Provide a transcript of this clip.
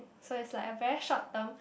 so is like a very short term